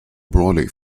brolly